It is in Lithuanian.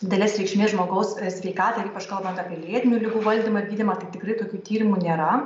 didelės reikšmės žmogaus sveikatai ir ypač kalbant apie lėtinių ligų valdymą gydymą tai tikrai tokių tyrimų nėra